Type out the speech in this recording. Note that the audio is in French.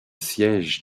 siège